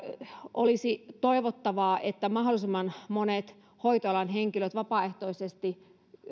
olisi toivottavaa että mahdollisimman monet hoitoalan henkilöt vapaaehtoisesti